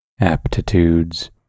aptitudes